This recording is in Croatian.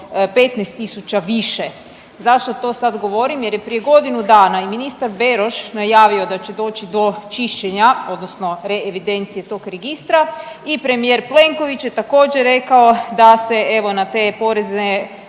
tisuća više. Zašto to sad govorim? Jer je prije godinu dana i ministar Beroš najavio da će doći do čišćenja, tj. reevidencije tog registra i premijer Plenković je također, rekao se evo, na te porezne